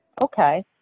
Okay